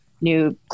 new